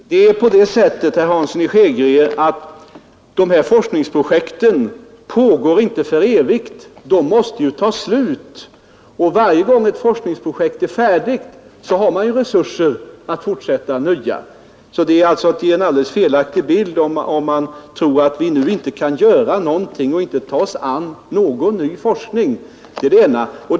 Herr talman! Det är på det sättet, herr Hansson i Skegrie, att dessa forskningsprojekt inte pågår för evigt. De måste ta slut, och varje gång ett forskningsprojekt är färdigt får man resurser att fortsätta med nya. Det är alltså att ge en alldeles felaktig bild om man säger att vi nu inte kan göra någonting och inte ta oss an någon ny forskning. Det är det ena.